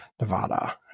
Nevada